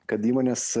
kad įmonės